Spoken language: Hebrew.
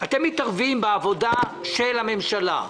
אתם מתערבים בעבודה של הממשלה,